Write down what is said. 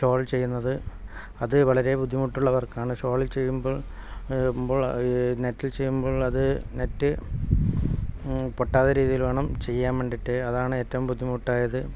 shawl ചെയ്യുന്നത് അത് വളരെ ബുദ്ധിമുട്ടുള്ള വർക്കാണ് ഷോൾ ചെയ്യുമ്പോൾ ചെയ്യുമ്പോൾ അത് നെറ്റിൽ ചെയ്യുമ്പോൾ അത് നെറ്റ് പൊട്ടാത്ത രീതിയില് വേണം ചെയ്യാൻ വേണ്ടിയിട്ട് അതാണ് ഏറ്റവും ബുദ്ധിമുട്ടായത്